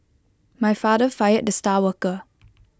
my father fired the star worker